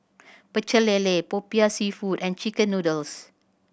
Pecel Lele Popiah Seafood and chicken noodles